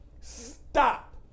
Stop